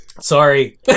Sorry